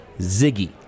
Ziggy